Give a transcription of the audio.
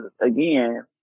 again